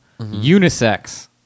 Unisex